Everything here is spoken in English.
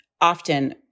often